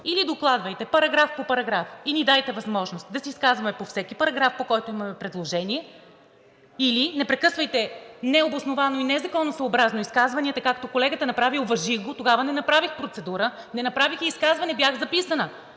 или докладвайте параграф по параграф и ни дайте възможност да се изказваме по всеки параграф, по който имаме предложение, или не прекъсвайте необосновано и незаконосъобразно изказванията, както колегата направи. Уважих го, тогава не направих процедура, не направих и изказване, а бях записана.